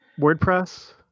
wordpress